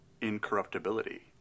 incorruptibility